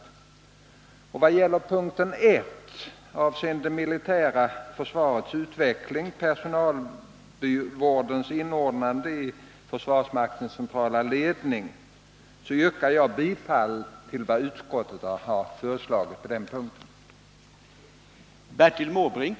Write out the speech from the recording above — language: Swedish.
Jag yrkar vad gäller punkten I avseende det militära försvarets fortsatta utveckling — personalvårdens